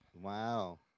wow